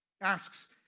Asks